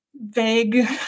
vague